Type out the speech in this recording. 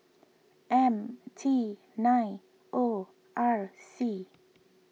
M T nine O R C